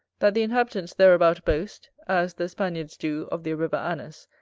that the inhabitants thereabout boast, as the spaniards do of their river anus,